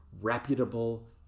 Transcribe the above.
reputable